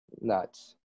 nuts